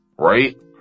Right